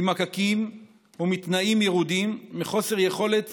ממקקים ומתנאים ירודים ומחוסר יכולת